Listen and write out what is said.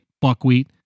Buckwheat